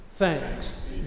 Thanks